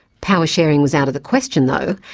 power-sharing was out of the question, though,